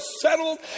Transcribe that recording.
settled